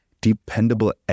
dependable